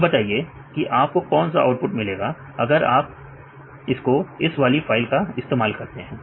अब बताइए कि आपको कौन सा आउटपुट मिलेगा अगर आप इसको इस वाली फाइल पर इस्तेमाल करते हैं